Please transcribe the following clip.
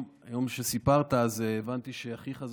היום כשסיפרת אז הבנתי שאחיך,